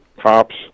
cops